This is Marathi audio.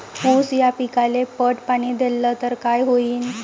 ऊस या पिकाले पट पाणी देल्ल तर काय होईन?